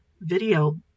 video